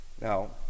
Now